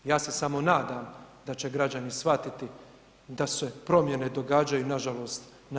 Ja se samo nadam da će građani shvatiti da se promjene događaju nažalost na